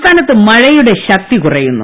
സംസ്ഥാനത്ത് മഴയുടെ ശക്തി കുറയുന്നു